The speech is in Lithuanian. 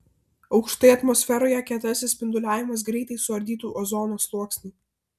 aukštai atmosferoje kietasis spinduliavimas greitai suardytų ozono sluoksnį